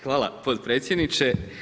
Hvala potpredsjedniče.